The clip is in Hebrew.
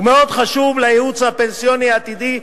מאוד חשוב לייעוץ הפנסיוני העתידי,